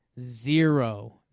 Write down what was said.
Zero